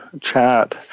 chat